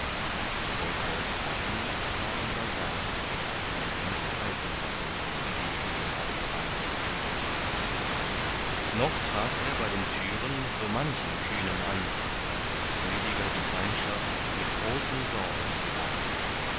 volker und hagen traten beiseit wie ihm verheißen hatten die degen allbereit noch traf er bei den türen so manchen kühnen an daß rüdiger die feindschaft mit großen sorgen begann